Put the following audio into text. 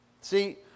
see